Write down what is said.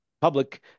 Public